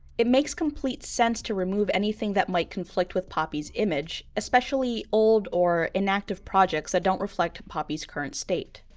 it makes complete sense to remove anything that might conflict with poppy's image especially old or inactive projects that don't reflect poppy's current state.